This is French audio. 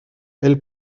elle